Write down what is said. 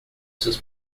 seus